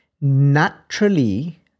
Naturally